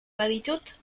baditut